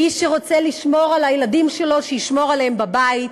מי שרוצה לשמור על הילדים שלו, שישמור עליהם בבית,